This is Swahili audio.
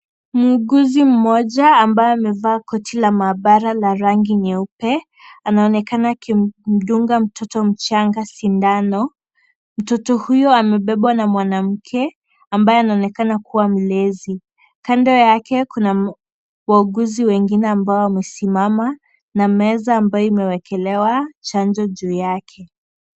Mwuguzi mmoja ambaye amevaa koti la maabara lenye rangi nyeupe anaonekana akimdunga mtoto mchanga sindano, mtoto huyo amebebwa na mwanamke ambaye anaonekana kuwa mlezi, kando yake kuna wauguzi wengine ambao wamesimama na meza ambayo imewekelewa chanjo juu yake.